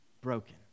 broken